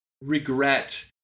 regret